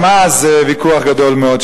גם אז זה ויכוח גדול מאוד,